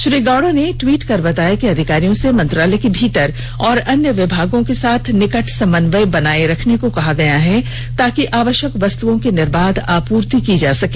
श्री गौड़ा ने ट्वीट कर बताया कि अधिकारियों से मंत्रालय के भीतर और अन्य विभागों के साथ निकट समन्वय बनाए रखने को कहा गया है ताकि आवश्यक वस्तुओं की निर्बाध आपूर्ति की जा सके